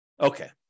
Okay